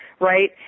right